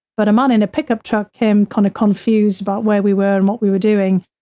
but a man in a pickup truck came kind of confused about where we were and what we were doing,